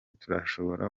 turashobora